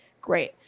Great